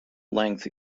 length